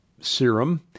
serum